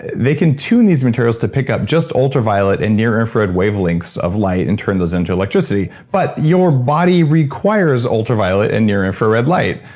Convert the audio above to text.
they can tune these materials to pick up just ultra violet and near infrared wave lengths of light and turn those into electricity. but your body requires ultra violent and near infrared light.